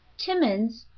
timmans,